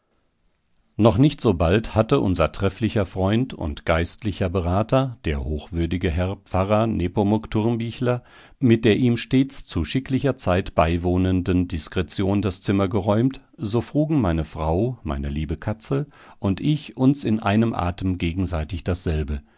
noch nicht so bald hatte unser trefflicher freund und geistlicher berater der hochwürdige herr pfarrer nepomuk thurmbichler mit der ihm stets zu schicklicher zeit beiwohnenden diskretion das zimmer geräumt so frugen meine frau meine liebe katzel und ich uns in einem atem gegenseitig dasselbe